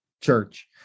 church